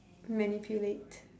manipulate